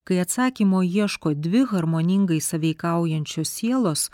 kai atsakymo ieško dvi harmoningai sąveikaujančios sielos